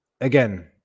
again